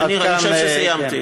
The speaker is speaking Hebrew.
אני חושב שסיימתי.